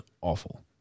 awful